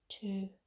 Two